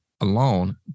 alone